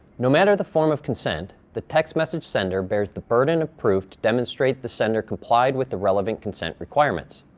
no matter the form of consent, the text message sender bears the burden of proof to demonstrate the sender complied with the relevant consent requirements.